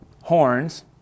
horns